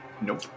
nope